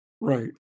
Right